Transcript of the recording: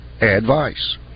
advice